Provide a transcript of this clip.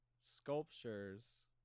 sculptures